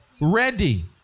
Ready